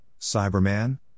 Cyberman